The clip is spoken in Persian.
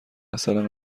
عسل